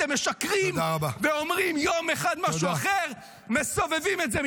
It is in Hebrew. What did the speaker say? אתם משקרים ואומרים יום אחד משהו אחר --- תודה רבה.